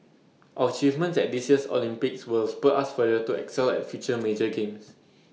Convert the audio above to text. our achievements at this year's Olympics will spur us further to excel at future major games